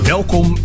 Welkom